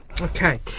Okay